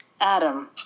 Adam